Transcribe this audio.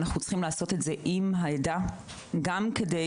אנחנו צריכים לעשות את זה עם העדה גם כדי